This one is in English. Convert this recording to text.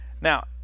Now